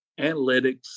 analytics